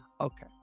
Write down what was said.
Okay